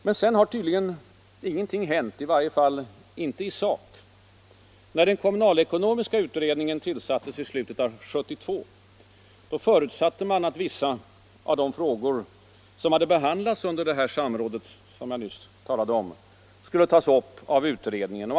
Men sedan har tydligen ingenting hänt, i varje fall inte i sak. När den kommunalekonomiska utredningen tillsattes i slutet av 1972, förutsatte man att vissa av de frågor som hade behandlats under det samråd som jag nyss nämnde om skulle tas upp av utredningen.